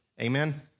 Amen